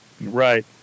Right